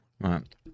right